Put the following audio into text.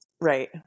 right